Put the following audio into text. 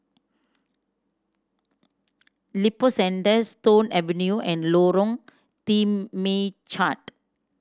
Lippo Centre Stone Avenue and Lorong Temechut